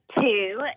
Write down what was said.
two